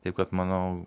taip kad manau